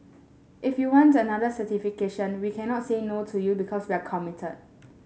if you want another certification we cannot saying no to you because we're committed